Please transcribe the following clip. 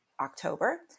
October